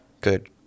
good